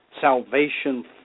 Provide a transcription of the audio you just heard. Salvation